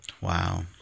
Wow